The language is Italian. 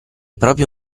proprio